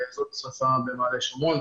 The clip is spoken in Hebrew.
זאת שריפה במעלה שומרון,